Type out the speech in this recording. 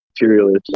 materialist